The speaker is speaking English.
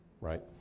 right